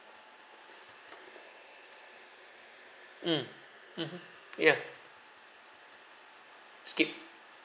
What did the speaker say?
mm mmhmm ya skip